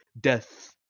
death